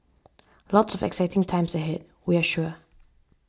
lots of exciting times ahead we're sure